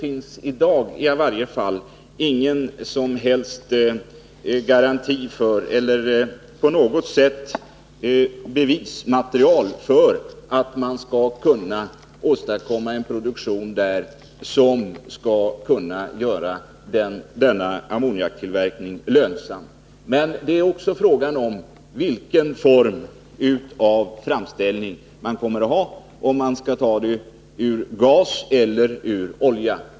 I varje fall i dag finns det inte något som helst bevis för att man skall kunna åstadkomma en produktion i Kvarntorp som kan göra denna ammoniaktillverkning lönsam. Det är emellertid också fråga om vilken form av ammoniakframställning man kan tänkas ha — om den skall tas ur gas eller olja.